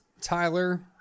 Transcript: Tyler